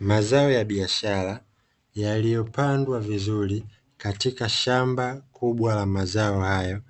Mazao ya biashara yaliyopandwa vizuri katika shamba kubwa la mazao hayo